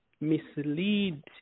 mislead